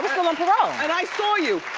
on parole. and i saw you,